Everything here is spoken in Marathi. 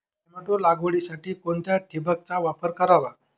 टोमॅटो लागवडीसाठी कोणत्या ठिबकचा वापर करावा?